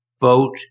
vote